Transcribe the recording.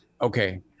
okay